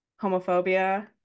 homophobia